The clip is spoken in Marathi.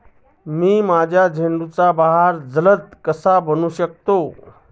मी माझ्या झेंडूचा बहर जलद कसा बनवू शकतो?